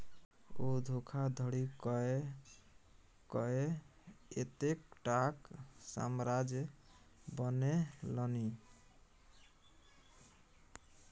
ओ धोखाधड़ी कय कए एतेकटाक साम्राज्य बनेलनि